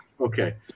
Okay